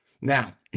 Now